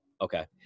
Okay